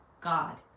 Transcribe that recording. God